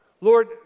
Lord